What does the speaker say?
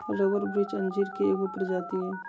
rubber वृक्ष अंजीर के एगो प्रजाति हइ